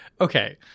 Okay